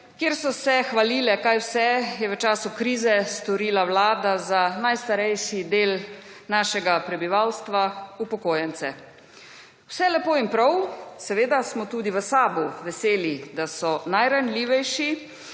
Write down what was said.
kjer so se hvalile, kaj vse je v času krize storila vlada za najstarejši del našega prebivalstva – upokojence. Vse lepo in prav. Seveda smo tudi v SAB-u veseli, da so najranljivejši